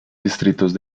distritos